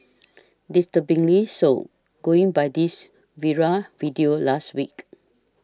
disturbingly so going by this viral video last week